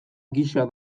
gisa